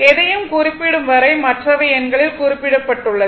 எதையும் குறிப்பிடும் வரை மற்றவை எண்களில் குறிப்பிடப்பட்டுள்ளது